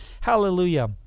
Hallelujah